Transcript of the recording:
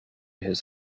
his